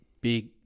big